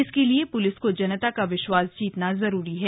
इसके लिए प्लिस को जनता का विश्वास जीतना जरूरी है